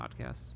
podcast